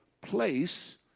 place